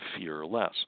Fearless